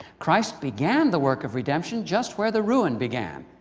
christ began the work of redemption just where the ruin began.